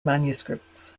manuscripts